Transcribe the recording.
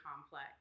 complex